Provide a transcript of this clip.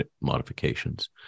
modifications